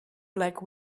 black